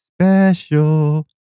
special